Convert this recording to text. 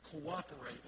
cooperate